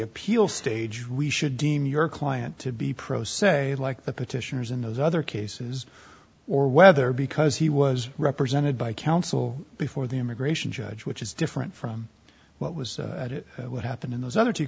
appeal stage we should deem your client to be pro se like the petitioners in those other cases or whether because he was represented by counsel before the immigration judge which is different from what was at it what happened in those other two